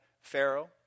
Pharaoh